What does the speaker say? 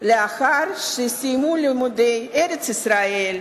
לאחר שסיימו לימודי ארץ-ישראל,